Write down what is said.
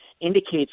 indicates